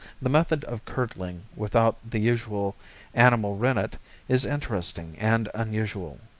the method of curdling without the usual animal rennet is interesting and unusual.